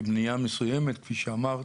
שבנייה מסוימת, כפי שאמרת,